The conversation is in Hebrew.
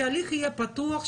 שההליך יהיה פתוח,